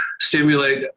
stimulate